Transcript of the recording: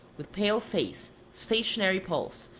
with pale face, stationary pulse,